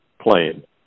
plane